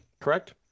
correct